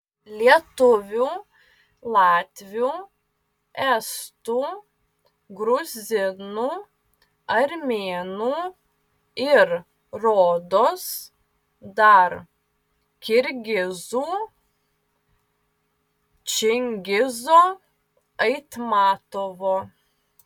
lietuvių latvių estų gruzinų armėnų ir rodos dar kirgizų čingizo aitmatovo